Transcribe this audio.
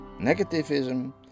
Negativism